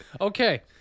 Okay